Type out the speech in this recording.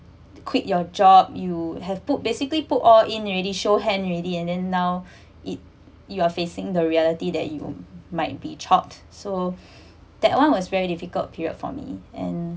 quit your job you have put basically put all in already show hand already and then now it you are facing the reality that you might be chopped so that one was very difficult period for me and